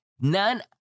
None